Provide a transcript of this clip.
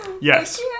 Yes